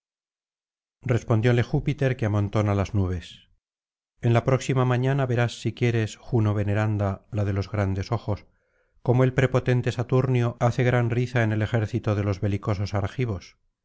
respondióle júpiter que amontona las nubes en la próxima mañana verás si quieres juno veneranda la de los grandes ojos cómo el prepotente saturnio hace gran riza en el ejército de los belicosos argivos y